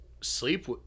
sleep